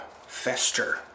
Fester